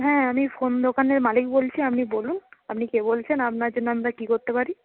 হ্যাঁ আমি ফোন দোকানের মালিক বলছি আপনি বলুন আপনি কে বলছেন আপনার জন্য আমরা কী করতে পারি